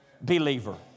believer